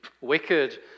wicked